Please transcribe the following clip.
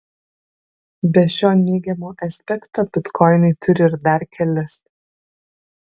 be šio neigiamo aspekto bitkoinai turi ir dar kelis